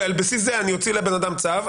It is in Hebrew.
ועל בסיס זה אני אוציא לאדם צו,